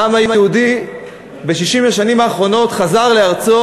העם היהודי ב-60 השנים האחרונות חזר לארצו